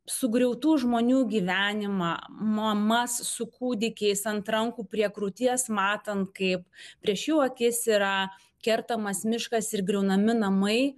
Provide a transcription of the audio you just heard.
sugriautų žmonių gyvenimą mamas su kūdikiais ant rankų prie krūties matant kaip prieš jų akis yra kertamas miškas ir griaunami namai